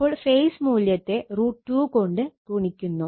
അപ്പോൾ ഫേസ് മൂല്യത്തെ √ 2 കൊണ്ട് ഗണിക്കുന്നു